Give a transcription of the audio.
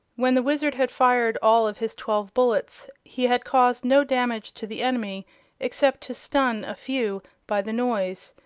when the wizard had fired all of his twelve bullets he had caused no damage to the enemy except to stun a few by the noise,